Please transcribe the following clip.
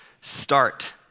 start